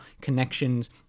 connections